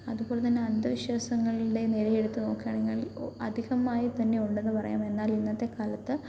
അതുപോലെ തന്നെ അന്ധവിശ്വാസങ്ങളുടെ നിരയെടുത്ത് നോക്കുകയാണെങ്കിൽ അധികമായി തന്നെ ഉണ്ടെന്ന് പറയാം എന്നാൽ ഇന്നത്തെ കാലത്ത്